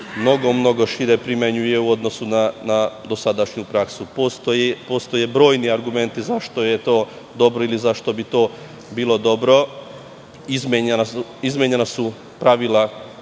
sankcija mnogo šire primenjuje u odnosu na dosadašnju praksu. Postoje brojni argumenti zašto je to dobro ili zašto bi to bilo dobro. Izmenjena su pravila